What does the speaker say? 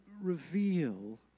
reveal